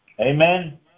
Amen